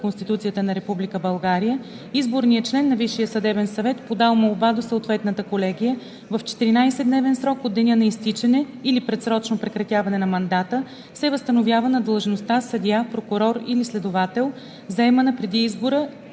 Конституцията на Република България изборният член на Висшия съдебен съвет, подал молба до съответната колегия в 14-дневен срок от деня на изтичане или предсрочно прекратяване на мандата, се възстановява на длъжността съдия, прокурор или следовател, заемана преди избора